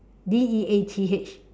D E A T H